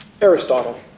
Aristotle